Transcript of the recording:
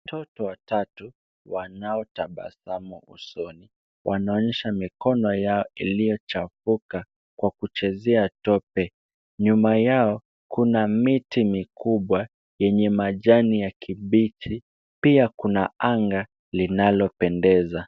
Watoto watatu wanaotabasamu usoni, wananyosha mikono yao iliyochafuka kwa kuchezea tope, nyuma yao kuna miti mikubwa yenye majani ya kibichi pia kuna anga linalopendeza.